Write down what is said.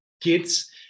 kids